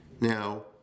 Now